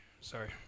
Sorry